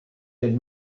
been